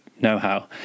know-how